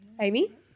Amy